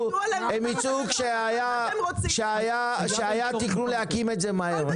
בוצעו כשהיה תכנון להקים את זה מהר.